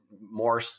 more